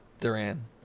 Duran